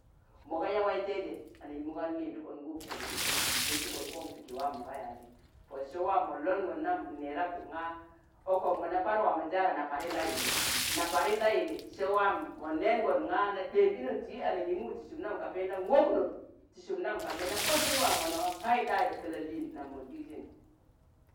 mọ ga yaa waitẹịjẹ, anaṇgimu gan lịdụkọn wob kọṇ ti ki, wotukon kong ti ki waa mọ ga yaazi, Pon sẹ waam mon loṇgon nam n'nẹẹdaku ṇga ọkọm mọna Par waa mọnjaana, na Pariṇ da yilli, na parin da yilli. se wam mon neegon nga, na ɗeb inon ti i anangiumu ti sum nang ka pendon wokno, ti sum nam ka mena otun wam mona paiɗayi ka la lịin nam non ɗiizin.